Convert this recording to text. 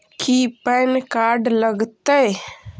की PAN card लग तै?